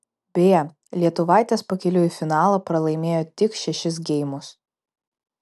beje lietuvaitės pakeliui į finalą pralaimėjo tik šešis geimus